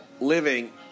living